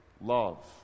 love